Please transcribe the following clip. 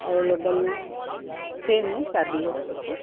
available છે ને ચાર દિવસ પછી